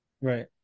Right